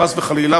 חס וחלילה,